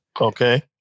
okay